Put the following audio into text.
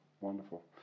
Wonderful